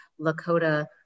Lakota